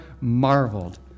marveled